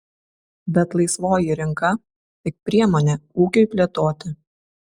bet laisvoji rinka tik priemonė ūkiui plėtoti